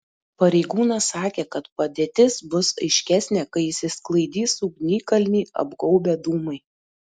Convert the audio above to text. pareigūnas sakė kad padėtis bus aiškesnė kai išsisklaidys ugnikalnį apgaubę dūmai